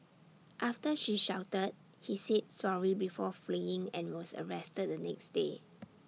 after she shouted he said sorry before fleeing and was arrested the next day